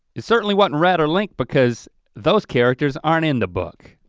it certainly wasn't rhett or link because those characters aren't in the book.